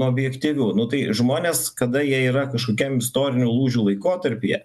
objektyvių nu tai žmonės kada jie yra kažkokiam istorinių lūžių laikotarpyje